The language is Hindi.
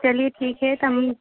चलिए ठीक है